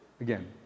again